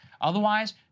Otherwise